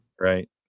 right